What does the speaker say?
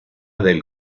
del